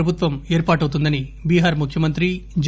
ప్రభుత్వం ఏర్పాటౌతుందని బీహార్ ముఖ్యమంత్రి జె